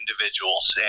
individuals